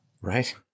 Right